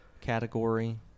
category